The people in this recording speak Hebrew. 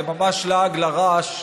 זה ממש לעג לרש,